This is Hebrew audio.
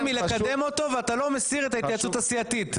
-- מלקדם אותו ואתה לא מסיר את ההתייעצות הסיעתית,